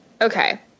Okay